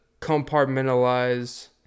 compartmentalize